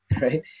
right